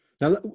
now